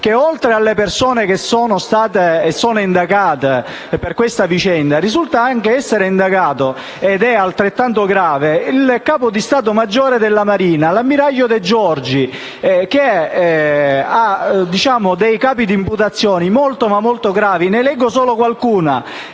che oltre alle persone che sono state e sono indagate per questa vicenda, risulta essere indagato - ed è altrettanto grave - anche il capo di stato maggiore della Marina, l'ammiraglio De Giorgi, che ha capi di imputazione molto gravi. Ne leggo solo alcuni: